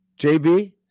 JB